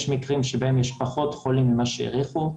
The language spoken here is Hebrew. יש מקרים שבהם יש פחות חולים ממה שהעריכו.